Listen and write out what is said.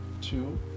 two